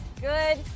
good